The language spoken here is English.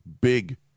big